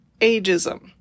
ageism